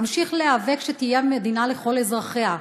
אמשיך להיאבק שתהיה מדינה לכל אזרחיה.